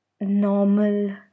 normal